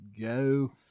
go